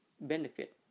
benefit